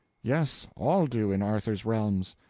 yes. all do, in arthur's realms.